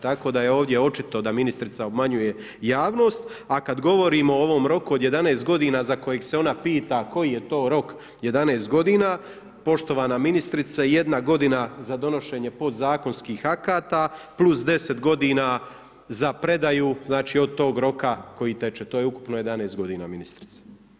Tako da je ovdje očito da ministrica obmanjuje jasnost a kada govorimo o ovom roku od 11 godina za kojeg se ona pita koji je to rok 11 godina, poštovana ministrice jedna godina za donošenje podzakonskih akata plus 10 godina za predaju, znači od tog roka koji teče, to je ukupno 11 godina ministrice.